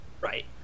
Right